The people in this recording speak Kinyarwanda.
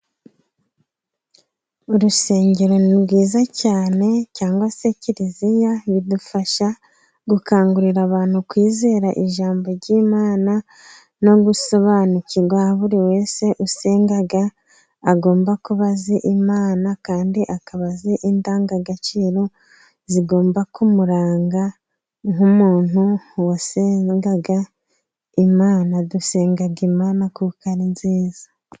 Urusengero ni rwiza cyane cyangwa se kiliziya bidufasha gukangurira abantu kwizera ijambo ry'imana, no gusobanukirwa buri wese usenga agomba kuba azi Imana, kandi akaba azi indangagaciro zigomba kumuranga nk'umuntu usenga Imana, dusenga Imana kuko ari nziza.